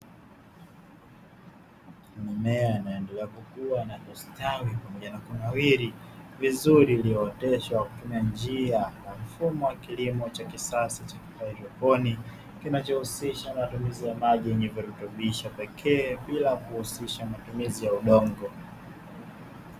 Mimea inaendelea kukua na kustawi pamoja na kunawiri vizuri, iliyooteshwa kwa kutumia njia na mfumo wa kilimo cha kisasa wa haidroponi kinachohusisha matumizi ya maji yenye virutubisho pekee bila kuhusisha matumizi ya udongo.